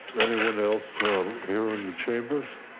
anyone else here in the chambers,